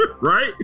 right